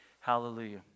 Hallelujah